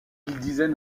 disait